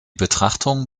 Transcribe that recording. betrachtung